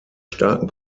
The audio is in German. starken